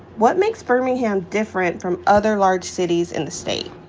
what makes birmingham different from other large cities in the state?